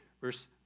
verse